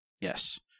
Yes